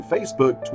Facebook